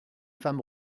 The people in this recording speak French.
femme